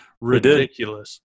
ridiculous